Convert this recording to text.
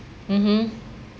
mmhmm